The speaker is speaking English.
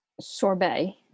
sorbet